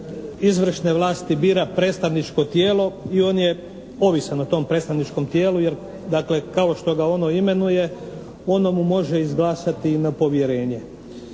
izvršne vlasti bira predstavničko tijelo i on je ovisan o tom predstavničkom tijelu jer dakle kao što ga ono imenuje ono mu može izglasati i nepovjerenje.